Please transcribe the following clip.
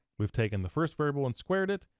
we've taken the first variable and squared it,